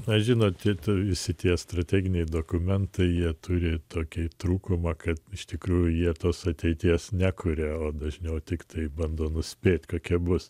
na žinote visi tie strateginiai dokumentai jie turi tokį trūkumą kad iš tikrųjų jie tos ateities nekuria o dažniau tiktai bando nuspėti kokia bus